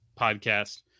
podcast